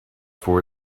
for